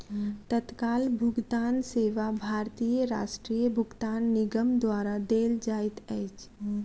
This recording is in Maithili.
तत्काल भुगतान सेवा भारतीय राष्ट्रीय भुगतान निगम द्वारा देल जाइत अछि